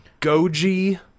goji